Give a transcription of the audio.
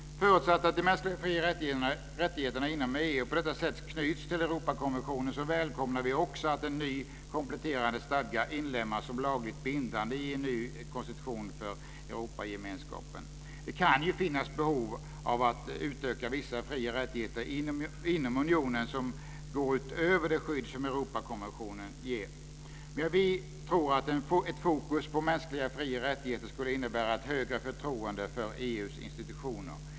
Förutsatt att de mänskliga fri och rättigheterna inom EU på detta sätt knyts till Europakonventionen välkomnar vi också att en ny kompletterande stadga inlemmas som lagligt bindande i en ny konstitution för Europagemenskapen. Det kan ju finnas behov av att utöka vissa fri och rättigheter inom unionen som går utöver det skydd som Europakonventionen ger. Vi tror att en fokusering på mänskliga fri och rättigheter skulle kunna innebära ett större förtroende för EU:s institutioner.